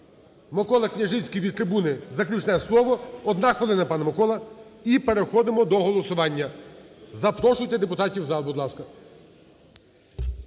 Микола Княжицький від трибуни, заключне слово. Одна хвилина, пане Микола. І переходимо до голосування. Запрошуйте депутатів в зал, будь ласка.